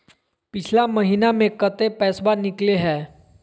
पिछला महिना मे कते पैसबा निकले हैं?